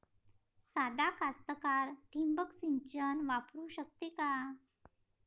सादा कास्तकार ठिंबक सिंचन वापरू शकते का?